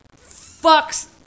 fucks